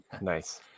nice